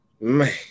Man